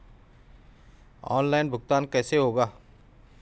Online भुगतान कैसे होगा?